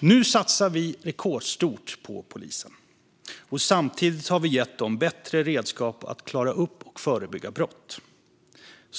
Nu satsar vi rekordstort på polisen. Samtidigt har vi gett dem bättre redskap att klara upp och förebygga brott.